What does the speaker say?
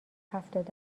هفتاد